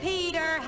Peter